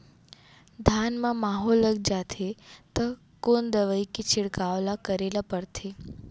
धान म माहो लग जाथे त कोन दवई के छिड़काव ल करे ल पड़थे?